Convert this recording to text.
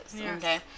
Okay